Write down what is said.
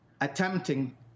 attempting